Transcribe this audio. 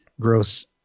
gross